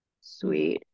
Sweet